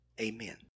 amen